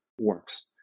works